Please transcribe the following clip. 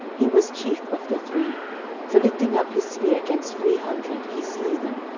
he was chief of the three for lifting up his spear against three hundred, he slew them,